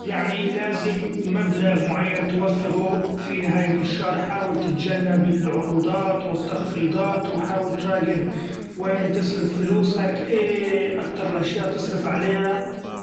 يعني لازم مبلغ معين توفرو في نهاية الشهر، حاول تتجنب العروضات و التخفيضات و حاول تراقب وين تصرف فلوسك ايي أكتر الأشياء تصرف عليها.